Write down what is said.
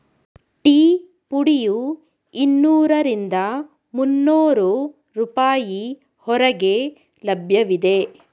tea ಪುಡಿಯು ಇನ್ನೂರರಿಂದ ಮುನ್ನೋರು ರೂಪಾಯಿ ಹೊರಗೆ ಲಭ್ಯವಿದೆ